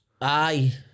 Aye